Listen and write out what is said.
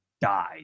died